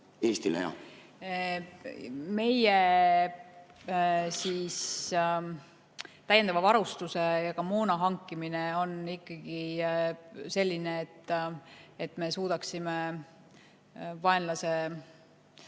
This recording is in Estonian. Eestile jaa. Meie täiendava varustuse ja ka moona hankimine on ikkagi selline, et me suudaksime vaenlasele